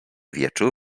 wieczór